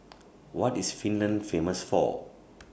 What IS Finland Famous For